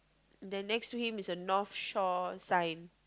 then next to him is a North Shore sign